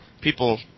people